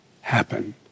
happen